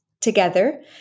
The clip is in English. Together